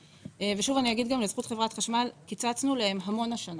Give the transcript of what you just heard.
ואני אגיד לזכות חברת החשמל קיצצנו להם המון השנה.